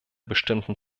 bestimmten